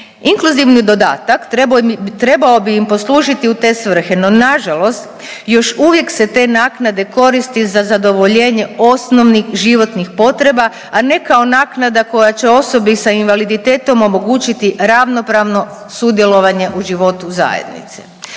Inkluzivni dodatak trebao bi im poslužiti u te svrhe, no nažalost još uvijek se te naknade koristi za zadovoljenje osnovnih životnih potreba, a ne kao naknada koja će osobi sa invaliditetom omogućiti ravnopravno sudjelovanje u životu zajednice.